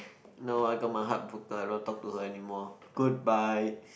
no I got my heart broken I don't want to talk to her anymore goodbye